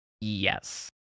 Yes